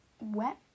wet